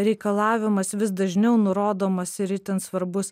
reikalavimas vis dažniau nurodomas ir itin svarbus